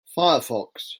firefox